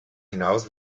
hinaus